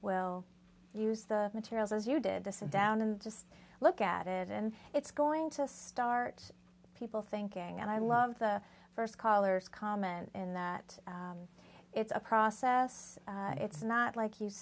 will use the materials as you did to sit down and just look at it and it's going to start people thinking and i love the first caller's comment in that it's a process it's not like